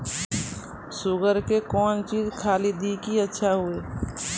Sugar के कौन चीज खाली दी कि अच्छा हुए?